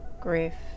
grief